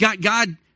God